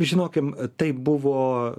žinokim taip buvo